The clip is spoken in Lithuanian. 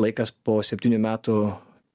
laikas po septynių metų